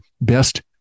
best